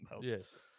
Yes